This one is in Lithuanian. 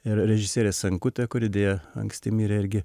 ir režisierė senkutė kuri deja anksti mirė irgi